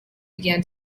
began